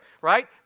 right